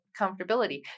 comfortability